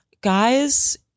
guys